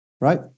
Right